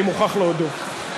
אני מוכרח להודות,